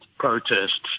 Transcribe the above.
protests